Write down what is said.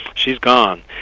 she's gone.